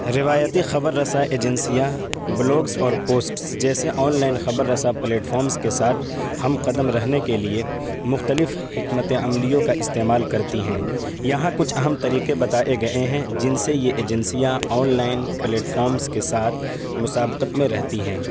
روایتی خبر رسا ایجنسیاں بلاگس اور پوسٹ جیسے آن لائن خبر رساں پلیٹ فارمس کے ساتھ ہم قدم رہنے کے لیے مختلف حکمت عملیوں کا استعمال کرتی ہیں یہاں کچھ اہم طریقے بتائے گئے ہیں جن سے یہ ایجنسیاں آن لائن پلیٹ فارمس کے ساتھ مسابقت میں رہتی ہیں